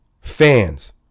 fans